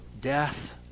death